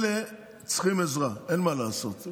אלה צריכים עזרה, אין מה לעשות.